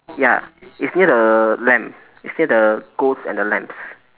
ya it's near the lamb it's near the ghost and the lambs